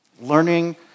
Learning